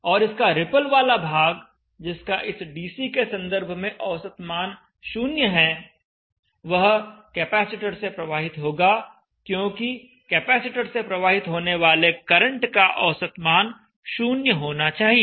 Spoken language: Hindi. और इसका रिपल वाला भाग जिसका इस डीसी के संदर्भ में औसत मान 0 है वह कैपेसिटर से प्रवाहित होगा क्योंकि कैपेसिटर से प्रवाहित होने वाले करंट का औसत मान 0 होना चाहिए